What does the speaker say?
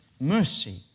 mercy